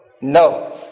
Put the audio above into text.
No